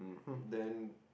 then